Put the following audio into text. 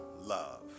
love